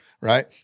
right